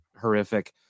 horrific